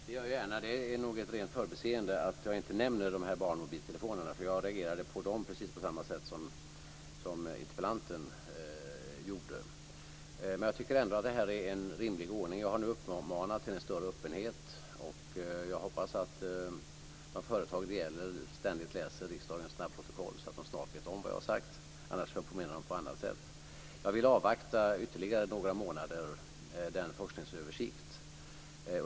Fru talman! Det gör jag gärna. Det är nog ett rent förbiseende att jag inte nämner barnmobiltelefonerna, för jag reagerade på dem precis på samma sätt som interpellanten gjorde. Jag tycker ändå att detta är en rimlig ordning. Jag har nu uppmanat till en större öppenhet. Jag hoppas att de företag det gäller ständigt läser riksdagens snabbprotokoll, så att de snart vet om vad jag har sagt. Annars får jag informera dem på annat sätt. Jag vill avvakta forskningsöversikten ytterligare några månader.